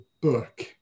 book